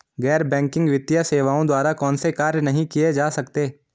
गैर बैंकिंग वित्तीय सेवाओं द्वारा कौनसे कार्य नहीं किए जा सकते हैं?